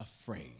afraid